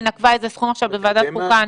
היא נקבה עכשיו באיזשהו מספר בוועדת חוקה,